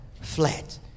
flat